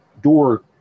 door